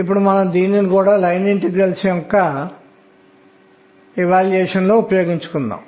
కాబట్టి దీనిని ఎడమ వైపు వ్రాయనివ్వండి ఇది ప్రయోగాత్మకం